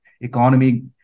economy